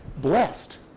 blessed